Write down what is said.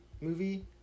movie